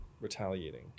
retaliating